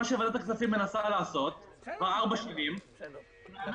מה שוועדת הכספים מנסה לעשות כבר ארבע שנים זה לאמץ